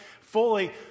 fully